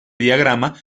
diagrama